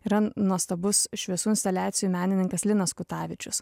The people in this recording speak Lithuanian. yra nuostabus šviesų instaliacijų menininkas linas kutavičius